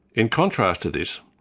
in contrast to this,